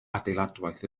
adeiladwaith